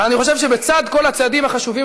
אבל אני חושב שלצד כל הצעדים החשובים